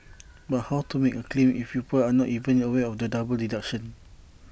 but how to make A claim if people are not even aware of the double deduction